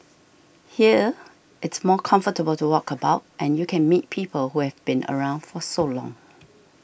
here it's more comfortable to walk about and you can meet people who have been around for so long